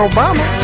Obama